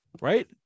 Right